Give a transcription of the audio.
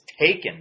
taken